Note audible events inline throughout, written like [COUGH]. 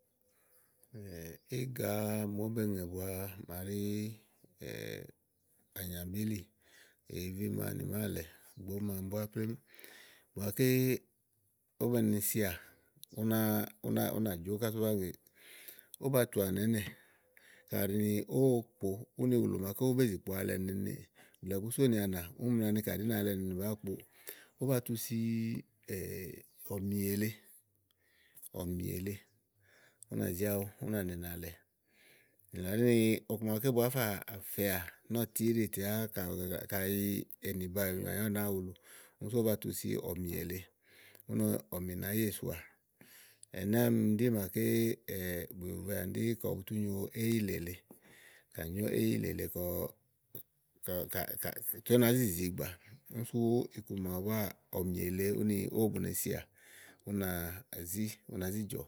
[HESITATION] íga màa ówó be ŋe bua màa ɖí ànyàmbílì, gbòóma yìívíma nì máàlɛ, gbóòma mi búá plèmù igbɔké ówó beni sìà, ù nàjò kása ówó báa ŋè, ówó ba tu wanìà ínɛ̀ úni ówó kpo wúléè ówo bé zì kpo alɛ nèene blɛ́ɛ kayi bùú sonìà wanìà úni ɖi alɛ nèene bàáa kpo ówó ba tu si [HESITATION] ɔ̀mì èle, ɔ̀mi èle ú nà zí awu, ú nà nene alɛ. Nìlɔ ɖi ni ɔkumàa ké bu wà fà fɛà nɔ́ɔ̀ti éle tè tè yà kayi éní baàyu nyoà yá ù nàáa wulu. Kíni sú ba tu si ɔ̀mì éle úni ɔmi nàá ye soà. Ɛnɛ́ àámi ɖi [HESITATION] bùyòvoè ànì ɖí kɔ bu tú nyo éyìlè lèe, ká nyó éyìlè lèe ɖɛ́ɛ [HESITATION] ètè ú nàá zì zi gbàa úni sú iku lɔ búáá ɔ̀mì èle ówó be sibìà, ú nà zì jɔ̀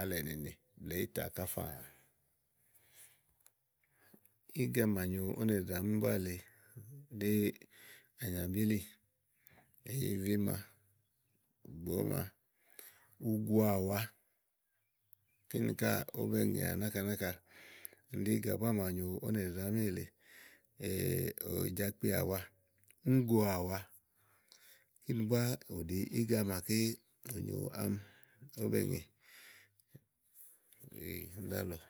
alɛ nèene, blɛ́ɛ ìyizà ká fàà. Íga màa nyo ówó nèɖeɖe àámi èle ɖìi ànyàmbíli, yìívíma, gbòóma uguáwa, kini káà ówòbe ŋèà náka náka. Úni ɖi íga màa nyo ówó néɖeɖe àámi èle. [HESITATION] ùjàkpiàwa, uŋúgoàwa. Kíni búá bù ɖi íga màa bu nyo ówò nɔ̀ku ámi ówò be ŋè.